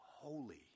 holy